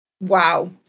Wow